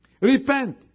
Repent